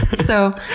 so,